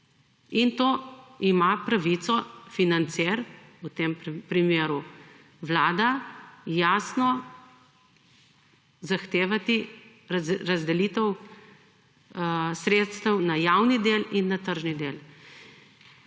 In to ima pravico financer, v tem primeru vlada, jasno zahtevati razdelitev sredstev na javni del in na tržni del.